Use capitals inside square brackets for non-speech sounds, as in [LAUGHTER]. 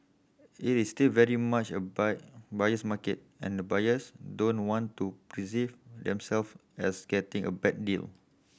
it is still very much a buy buyer's market and buyers don't want to [UNINTELLIGIBLE] themself as getting a bad deal